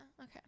Okay